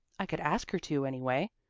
i could ask her to, anyway.